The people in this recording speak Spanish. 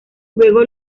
luego